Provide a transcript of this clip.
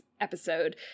episode